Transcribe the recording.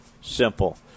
simple